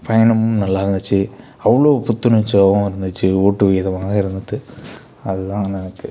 பயணமும் நல்லா இருந்துச்சு அவ்வளோ புத்துணர்ச்சியாகவும் இருந்துச்சு ஊட்டும் விதமாக இருந்தது அது தான் நமக்கு